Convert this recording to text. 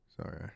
sorry